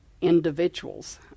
individuals